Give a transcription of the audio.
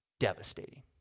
devastating